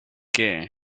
qué